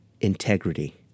integrity